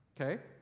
Okay